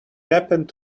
happened